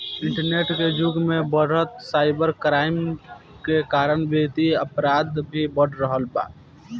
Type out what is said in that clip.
internet के जुग में बढ़त साइबर क्राइम के कारण वित्तीय अपराध भी बढ़ रहल बा